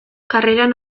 karreran